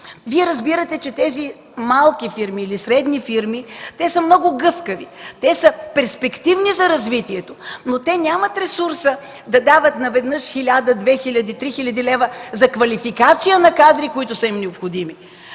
Вие разбирате, че тези малки или средни фирми са много гъвкави, те са перспективни за развитието, но нямат ресурса да дават наведнъж 1000-2000-3000 лв. за квалификация на кадри, които са им необходими.